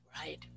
Right